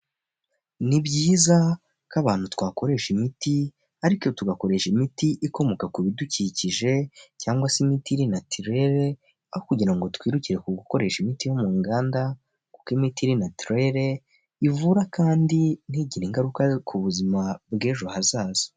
Ni byiza ko abantu twakoresha imiti ariko tugakoresha imiti ikomoka ku bidukikije cyangwa se imiti iri natirere aho kugira ngo twirukire ku gukoresha imiti yo mu nganda, kuko imiti iri natirere ivura kandi ntigire ingaruka ku buzima bw'ejo hazaza.